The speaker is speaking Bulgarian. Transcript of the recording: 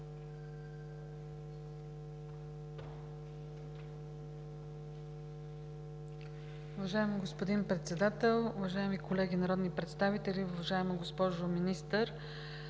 Уважаеми господин Председател, уважаеми колеги народни представители! Уважаема госпожо Министър,